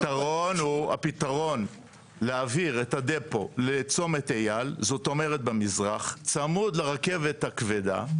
הפתרון להעביר את הדפו לצומת אייל זאת אומרת במזרח צמוד לרכבת הכבדה,